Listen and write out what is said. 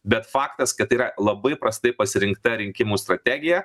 bet faktas kad yra labai prastai pasirinkta rinkimų strategija